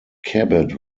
cabot